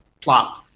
plop